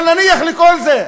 אבל נניח לכל זה.